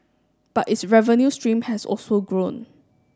but its revenue stream has also grown